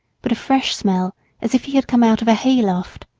but a fresh smell as if he had come out of a hayloft.